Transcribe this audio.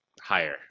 Higher